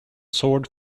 sword